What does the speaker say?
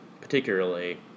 particularly